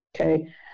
okay